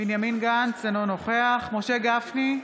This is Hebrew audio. בנימין גנץ, אינו נוכח משה גפני,